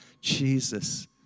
Jesus